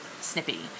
snippy